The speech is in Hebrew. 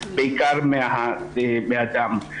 בעיקר מהדם.